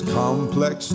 complex